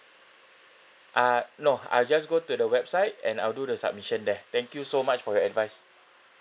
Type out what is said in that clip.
uh no I'll just go to the website and I'll do the submission there thank you so much for your advice